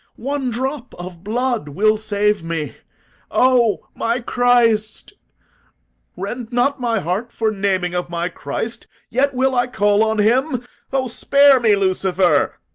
one drop of blood will save me o my christ rend not my heart for naming of my christ yet will i call on him o, spare me, lucifer